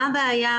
מה הבעיה?